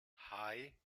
hei